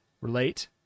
Relate